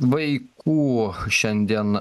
vaikų šiandien